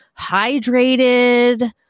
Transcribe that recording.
hydrated